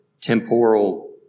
temporal